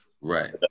Right